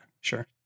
Sure